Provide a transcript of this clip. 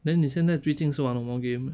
then 你现在最近是玩什么 game